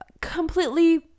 completely